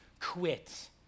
quit